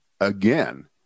again